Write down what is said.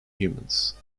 humans